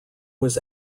was